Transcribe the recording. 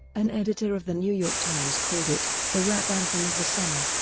an editor of the new york times called it the rap anthem of the summer.